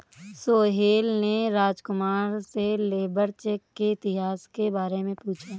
सोहेल ने राजकुमार से labour check के इतिहास के बारे में पूछा